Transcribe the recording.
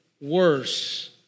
worse